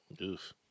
Oof